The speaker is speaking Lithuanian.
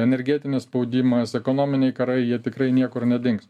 energetinis spaudimas ekonominiai karai jie tikrai niekur nedings